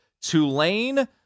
Tulane